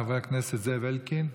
חבר הכנסת זאב אלקין,